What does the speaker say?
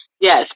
yes